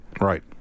Right